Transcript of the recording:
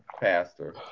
pastor